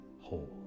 whole